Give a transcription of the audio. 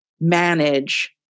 manage